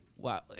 Wow